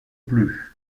plus